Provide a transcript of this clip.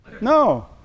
No